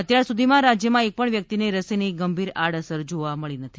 અત્યાર સધીમાં રાજ્યમાં એક પણ વ્યક્તિને રસીની ગંભીર આડઅસર જોવા મળી નથી